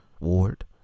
Ward